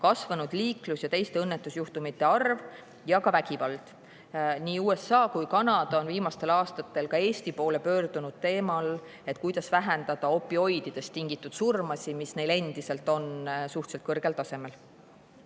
kasvanud liiklus‑ ja teiste õnnetusjuhtumite arv ja ka vägivald. Nii USA kui ka Kanada on viimastel aastatel Eesti poole pöördunud teemal, kuidas vähendada opioididest tingitud surmasid, mis neil endiselt on suhteliselt kõrgel tasemel.